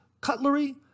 Cutlery